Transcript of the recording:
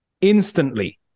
instantly